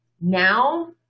now